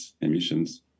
emissions